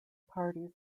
parties